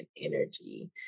energy